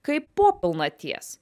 kaip po pilnaties